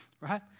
right